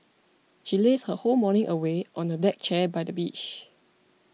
she lazed her whole morning away on the deck chair by the beach